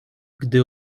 gdy